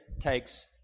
takes